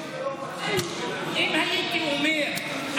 אם הייתי אומר,